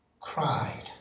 cried